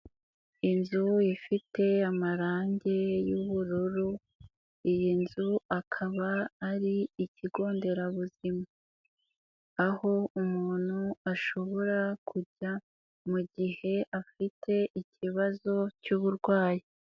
Inzu ifite amarangi y'ubururu, iyi nzu akaba ari ikigo nderabuzima, aho umuntu ashobora kujya, mu gihe afite ikibazo cy'uburwayi.